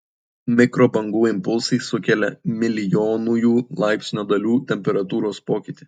mikrobangų impulsai sukelia milijonųjų laipsnio dalių temperatūros pokytį